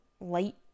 light